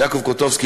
יעקב קוטובסקי,